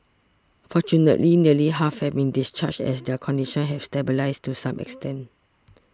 fortunately nearly half have been discharged as their condition have stabilised to some extent